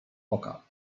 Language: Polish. oka